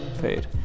fade